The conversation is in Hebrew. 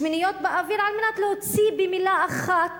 שמיניות באוויר, על מנת להוציא במלה אחת,